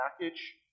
package